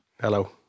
Hello